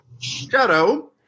Shadow